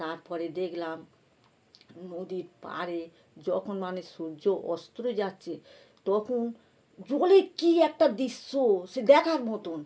তারপরে দেখলাম নদীর পারে যখন মানে সূর্য অস্ত যাচ্ছে তখন জলে কি একটা দৃৃশ্য সে দেখার মতন